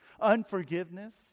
unforgiveness